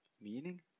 Meaning